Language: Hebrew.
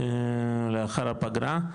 לאחר הפגרה.